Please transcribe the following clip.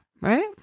Right